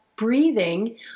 breathing